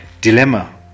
dilemma